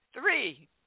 Three